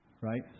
right